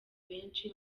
benshi